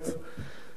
אני זוכר עד היום